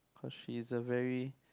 cause she is a very